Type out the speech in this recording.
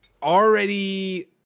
Already